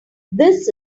this